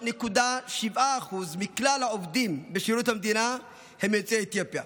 3.7% מכלל העובדים בשירות המדינה הם יוצאי אתיופיה,